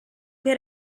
che